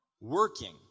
working